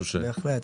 בהחלט.